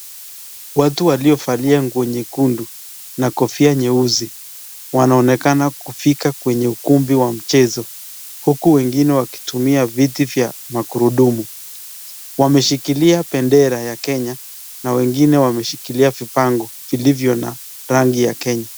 Watu waliovalia nguo nyekundu , na kofia nyeusi , wanaonekana kufika kwenye ukumbi wa mchezo, huku wengine wakitumia viti vya magurudumu , wameshikilia bendera ya Kenya na wengine wameshikilia vipango vilivyona rangi ya Kenya.